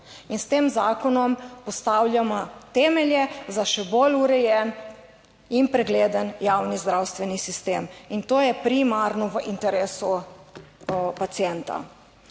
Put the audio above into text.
In s tem zakonom postavljamo temelje za še bolj urejen in pregleden javni zdravstveni sistem. In to je primarno v interesu pacienta.